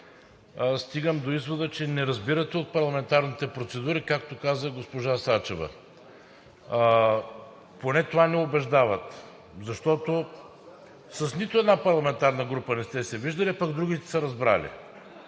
стигам до извода, че не разбирате от парламентарните процедури, както каза госпожа Сачева. Поне това ни убеждават, защото с нито една парламентарна група не сте се виждали, пък другите са разбрали.